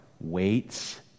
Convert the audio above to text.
waits